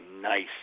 nice